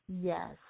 Yes